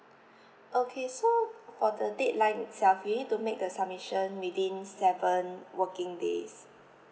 okay so f~ for the deadline itself you need to make the submission within seven working days